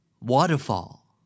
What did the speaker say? Waterfall